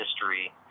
history